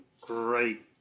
great